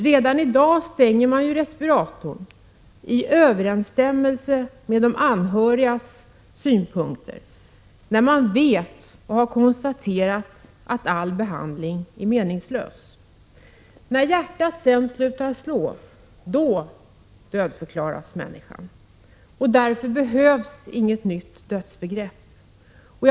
Redan i dag stänger man ju respiratorn — efter överenskommelse med de anhöriga — när man vet och har konstaterat att all behandling är meningslös. När hjärtat sedan slutat slå dödförklaras människan. Något nytt dödsbegrepp behövs alltså inte.